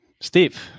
Steve